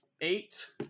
Eight